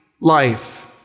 life